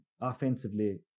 offensively